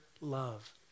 love